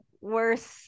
worse